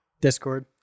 Discord